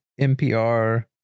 npr